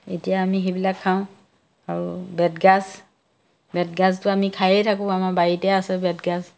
এতিয়া আমি সেইবিলাক খাওঁ আৰু বেঁতগাজ বেঁতগাজটো আমি খায়েই থাকোঁ আমাৰ বাৰীতে আছে বেঁতগাজ